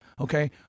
okay